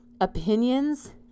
opinions